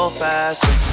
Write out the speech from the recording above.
faster